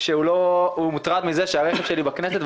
שהוא מוטרד מכך שהרכב שלי בכנסת,